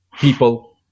people